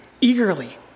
eagerly